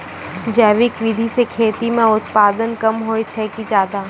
जैविक विधि से खेती म उत्पादन कम होय छै कि ज्यादा?